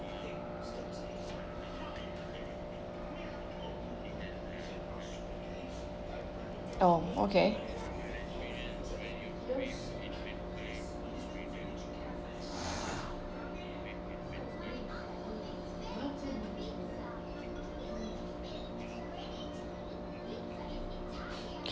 oh okay